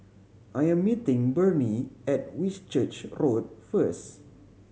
I am meeting Burney at Whitchurch Road first